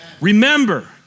Remember